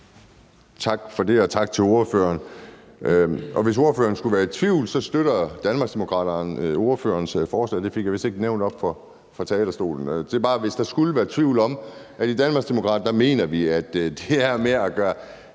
Tak for det. Og tak til ordføreren. Hvis ordføreren skulle være i tvivl, støtter Danmarksdemokraterne ordførerens forslag – det fik jeg vist ikke nævnt oppe fra talerstolen. Det er bare, så der ikke er nogen tvivl om Danmarksdemokraternes holdning til det her. Det er